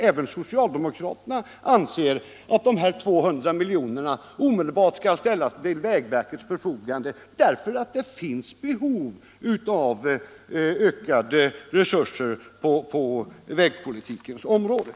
Även socialdemokraterna anser att 200 miljoner omedelbart skall ställas till vägverkets förfogande, därför att det finns behov av ökade resurser på vägpolitikens område.